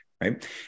right